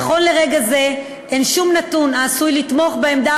נכון לרגע זה אין שום נתון העשוי לתמוך בעמדה